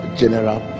general